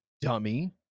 dummy